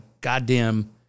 goddamn